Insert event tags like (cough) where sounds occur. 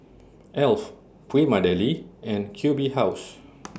Alf Prima Deli and Q B House (noise)